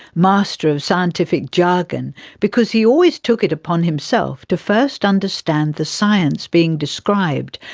master of scientific jargon because he always took it upon himself to first understand the science being described,